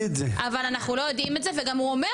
אבל אנחנו לא יודעים את זה וגם הוא אומר